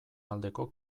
aldeko